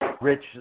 Rich